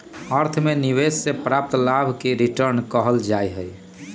अर्थ में निवेश से प्राप्त लाभ के रिटर्न कहल जाइ छइ